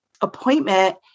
appointment